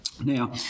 Now